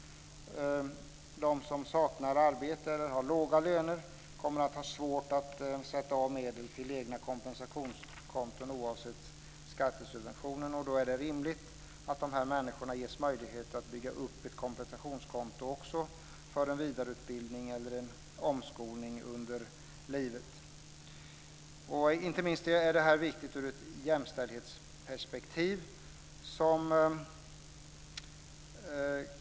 De som saknar arbete eller har låga löner kommer att ha svårt att sätta av medel till egna kompensationskonton oavsett skattesubventionen. Det är rimligt att dessa människor också ges möjligheter att bygga upp ett kompensationskonto för en vidareutbildning eller en omskolning någon gång i livet. Detta är inte minst viktigt ur ett jämställdhetsperspektiv.